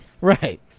Right